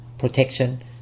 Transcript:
protection